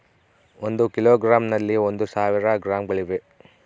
ಒಂದು ಕಿಲೋಗ್ರಾಂ ನಲ್ಲಿ ಒಂದು ಸಾವಿರ ಗ್ರಾಂಗಳಿವೆ